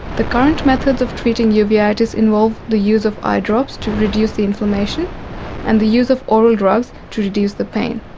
the current methods of treating uveitis involve the use of eyedrops to reduce the inflammation and the use of oral drugs to reduce the pain.